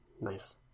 Nice